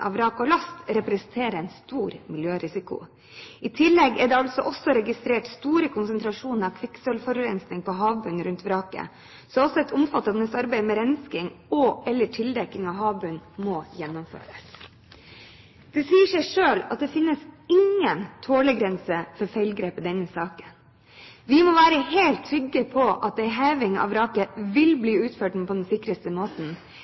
av vrak og last representerer en stor miljørisiko. I tillegg er det altså også registrert store konsentrasjoner av kvikksølvforurensning på havbunnen rundt vraket, så også et omfattende arbeid med rensing og/eller tildekking av havbunnen må gjennomføres. Det sier seg selv at det ikke finnes noen tålegrense for feilgrep i denne saken. Vi må være helt trygge på at en heving av vraket vil bli utført på den sikreste måten.